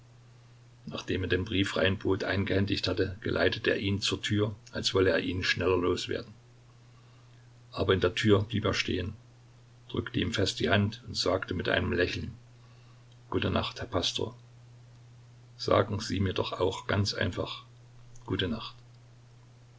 nachdem er den brief reinbot eingehändigt hatte geleitete er ihn zur tür als wollte er ihn schneller loswerden aber in der tür blieb er stehen drückte ihm fest die hand und sagte mit einem lächeln gute nacht herr pastor sagen sie mir doch auch ganz einfach gute nacht